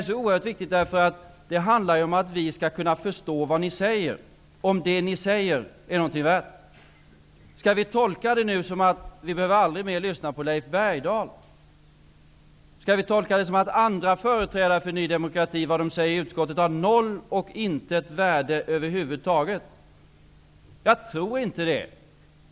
Men det är oerhört viktigt, därför att det handlar om att vi skall kunna förstå vad ni säger och om det ni säger är någonting värt. Skall vi tolka er som att vi aldrig mer behöver lyssna på Leif Bergdahl? Skall vi tolka er som att det är av noll och intet värde vad andra företrädare för Ny demokrati säger i utskotten? Jag tror inte det.